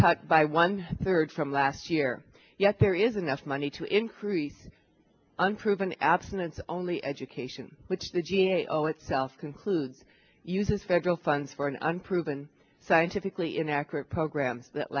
cut by one third from last year yet there is enough money to increase unproven abstinence only education which the g a o itself concluded uses federal funds for an unproven scientifically inaccurate program that